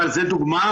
אבל זאת דוגמה.